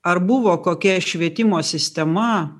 ar buvo kokia švietimo sistema